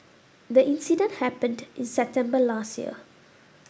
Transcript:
the incident happened in September last year